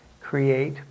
create